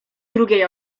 drugiej